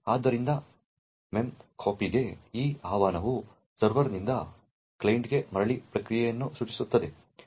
ಆದ್ದರಿಂದ memcpy ಗೆ ಈ ಆಹ್ವಾನವು ಸರ್ವರ್ನಿಂದ ಕ್ಲೈಂಟ್ಗೆ ಮರಳಿ ಪ್ರತಿಕ್ರಿಯೆಯನ್ನು ಸೃಷ್ಟಿಸುತ್ತದೆ